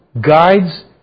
guides